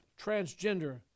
transgender